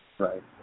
Right